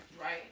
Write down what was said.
Right